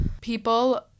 people